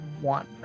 one